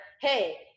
hey